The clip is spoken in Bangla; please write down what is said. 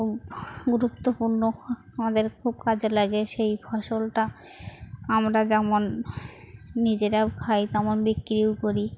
খুব গুরুত্বপূর্ণ আমাদের খুব কাজে লাগে সেই ফসলটা আমরা যেমন নিজেরাও খাই তেমন বিক্রিও করি